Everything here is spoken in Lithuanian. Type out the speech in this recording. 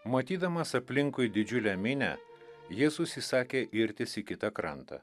matydamas aplinkui didžiulę minią jėzus įsakė irtis į kitą krantą